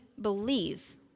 believe